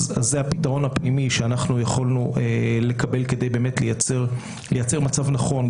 אז זה הפתרון שיכולנו לקבל כדי לייצר מצב נכון,